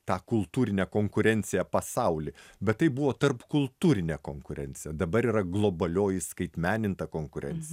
tą kultūrinę konkurenciją pasauly bet tai buvo tarpkultūrinė konkurencija dabar yra globalioji įskaitmeninta konkurencija